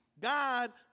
God